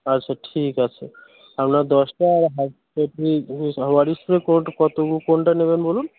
আচ্ছা ঠিক আছে আপনার দশটা হাফ পেটি কত কোনটা নেবেন বলুন